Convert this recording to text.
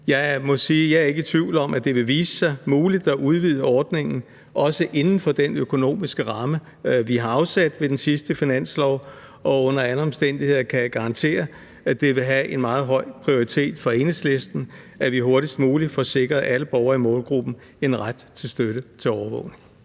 jeg ikke er i tvivl om, at det vil vise sig muligt at udvide ordningen, også inden for den økonomiske ramme, vi har afsat ved den sidste finanslov. Og under alle omstændigheder kan jeg garantere, at det vil have en meget høj prioritet for Enhedslisten, at vi hurtigst muligt får sikret alle borgere i målgruppen en ret til støtte til overvågning.